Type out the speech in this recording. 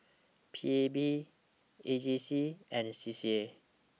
P A B A J C and C C A